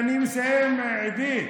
אני מסיים, עידית.